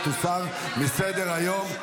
ותוסר מסדר-היום.